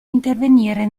intervenire